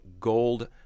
Gold